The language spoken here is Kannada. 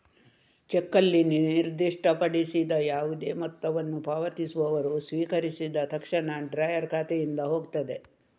ಚೆಕ್ನಲ್ಲಿ ನಿರ್ದಿಷ್ಟಪಡಿಸಿದ ಯಾವುದೇ ಮೊತ್ತವನ್ನು ಪಾವತಿಸುವವರು ಸ್ವೀಕರಿಸಿದ ತಕ್ಷಣ ಡ್ರಾಯರ್ ಖಾತೆಯಿಂದ ಹೋಗ್ತದೆ